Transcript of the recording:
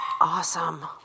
Awesome